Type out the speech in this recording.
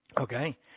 okay